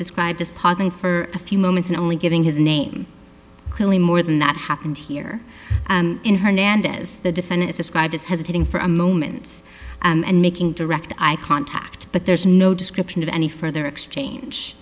described as positive for a few moments and only giving his name clearly more than that happened here in hernandez the defendants described as hesitating for a moment and making direct eye contact but there's no description of any further exchange